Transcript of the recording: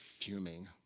fuming